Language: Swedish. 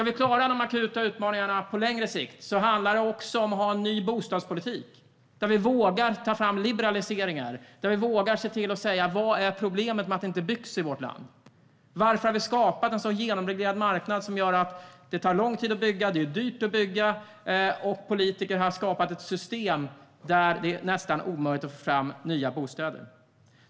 Om vi ska klara de akuta utmaningarna på längre sikt handlar det om att ha en ny bostadspolitik där vi vågar ta fram liberaliseringar och säga: Vad är problemet - varför byggs det inte i vårt land? Varför har vi skapat en genomreglerad marknad som gör att det tar lång tid och är dyrt att bygga? Politiker har skapat ett system där det nästan är omöjligt att få fram nya bostäder.